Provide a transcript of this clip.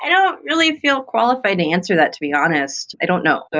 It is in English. i don't really feel qualified to answer that to be honest. i don't know.